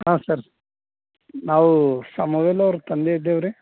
ಹಾಂ ಸರ್ ನಾವು ಶಾಮುವೆಲೋ ಅವ್ರ ತಂದೆ ಇದ್ದೇವ್ರಿ